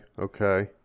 okay